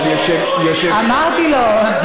אמרתי לו.